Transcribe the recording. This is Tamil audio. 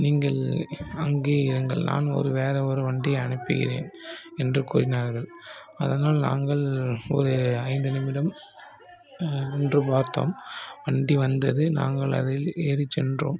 நீங்கள் அங்கே இருங்கள் நான் ஒரு வேற ஒரு வண்டியை அனுப்புகிறேன் என்று கூறினார்கள் அதனால் நாங்கள் ஒரு ஐந்து நிமிடம் நின்று பார்த்தோம் வண்டி வந்தது நாங்கள் அதில் ஏறிச் சென்றோம்